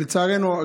לצערנו,